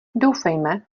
doufejme